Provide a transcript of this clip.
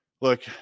look